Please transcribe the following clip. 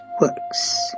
works